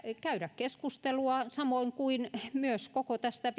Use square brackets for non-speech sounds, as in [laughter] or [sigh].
käydä keskustelua samoin kuin myös koko tästä [unintelligible]